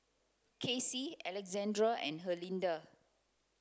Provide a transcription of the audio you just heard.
Cassie Alessandra and Herlinda